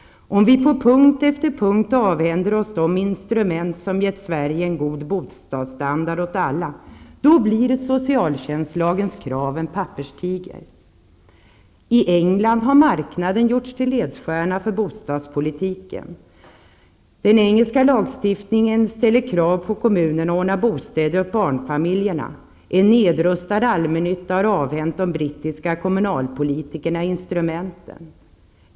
Om vi på punkt efter punkt avhänder oss de instrument som gett Sverige en god bostadsstandard åt alla, då blir socialtjänstlagens krav en papperstiger. I England har marknaden gjorts till ledstjärna för bostadspolitiken. Den engelska lagstiftningen ställer krav på kommunerna att ordna bostäder åt barnfamiljerna. En nedrustad allmännytta har avhänt de brittiska kommunalpolitikerna instrumenten.